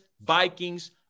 Vikings